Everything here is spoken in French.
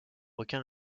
aucun